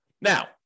Now